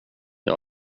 jag